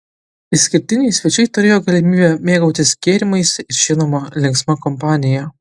išskirtiniai svečiai turėjo galimybę mėgautis gėrimais ir žinoma linksma kompanija